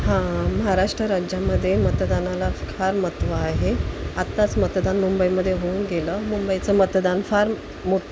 हं महाराष्ट्र राज्यामध्ये मतदानाला फार महत्त्व आहे आत्ताच मतदान मुंबईमध्ये होऊन गेलं मुंबईचं मतदान फार मोठ्